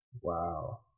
Wow